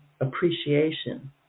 appreciation